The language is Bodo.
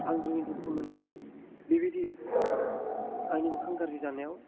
आं दिनै दुखु मोनदों बेबायदि आंनि मोखां गाज्रि जानायाव